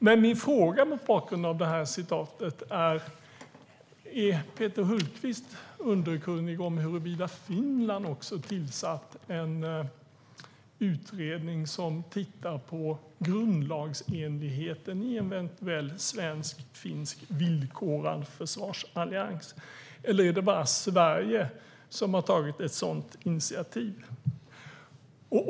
Min undran mot bakgrund av det här citatet är om Peter Hultqvist är underkunnig om huruvida också Finland tillsatt en utredning som tittar på grundlagsenligheten i en eventuell svensk-finsk villkorad försvarsallians eller om det bara är Sverige som tagit ett sådant initiativ.